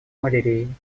малярией